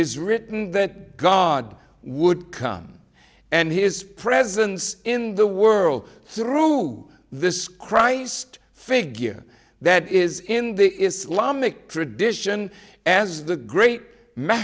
is written that god would come and his presence in the world through this christ figure that is in the islamic tradition as the great ma